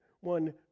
one